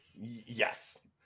Yes